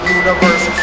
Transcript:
universe